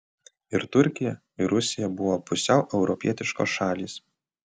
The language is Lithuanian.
ir turkija ir rusija buvo pusiau europietiškos šalys